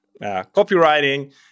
copywriting